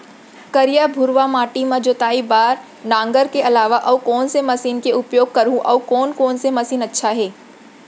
करिया, भुरवा माटी म जोताई बार नांगर के अलावा अऊ कोन से मशीन के उपयोग करहुं अऊ कोन कोन से मशीन अच्छा है?